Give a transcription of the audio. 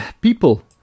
people